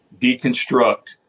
deconstruct